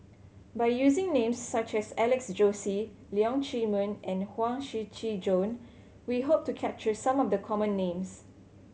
by using names such as Alex Josey Leong Chee Mun and Huang Shiqi Joan we hope to capture some of the common names